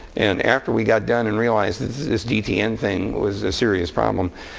and after we got done and realized this this dtn thing was a serious problem,